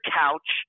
couch